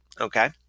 okay